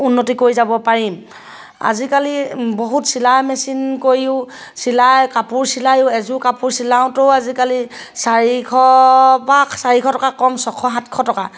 উন্নতি কৰি যাব পাৰিম আজিকালি বহুত চিলাই মেচিন কৰিও চিলাই কাপোৰ চিলায়ো এযোৰ কাপোৰ চিলাওঁতেও আজিকালি চাৰিশৰ পৰা চাৰিশ টকা কম ছশ সাতশ টকা